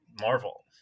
Marvel